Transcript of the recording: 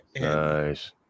nice